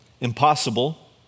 Impossible